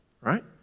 right